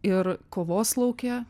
ir kovos lauke